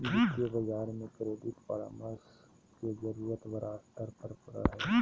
वित्तीय बाजार में क्रेडिट परामर्श के जरूरत बड़ा स्तर पर पड़ो हइ